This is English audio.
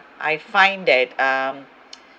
I find that um